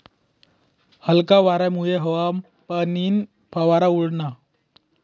हलका वारामुये हवामा पाणीना फवारा उडना